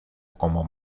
como